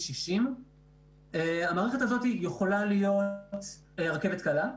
60. המערכת הזאת יכולה להיות רכבת קלה,